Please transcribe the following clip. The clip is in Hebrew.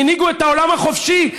הנהיגו את העולם החופשי,